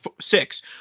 six